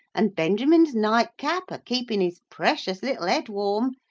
and benjamin's nightcap a keepin his precious little head warm,